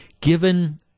given